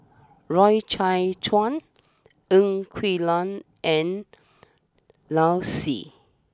Loy Chye Chuan Ng Quee Lam and Lau Si